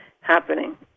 happening